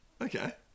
Okay